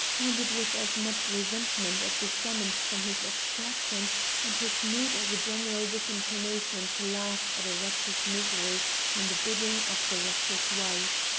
and it was as much resentment at the summons from his abstraction and his mood as a general disinclination to laugh at a wretch's misery on the bidding of the wretch's wife,